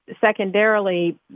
secondarily